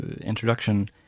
introduction